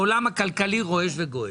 העולם הכלכלי רועש וגועש.